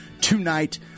tonight